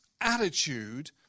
attitude